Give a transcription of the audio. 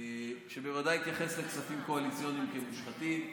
שבוודאי התייחס לכספים קואליציוניים כאל מושחתים: